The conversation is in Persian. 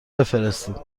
بفرستید